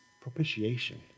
Propitiation